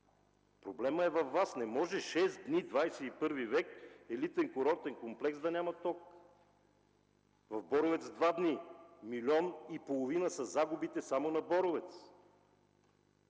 Проблемът е във Вас! Не може шест дена в ХХІ век елитен курортен комплекс да няма ток, в Боровец – два дена, милион и половина са загубите само на Боровец!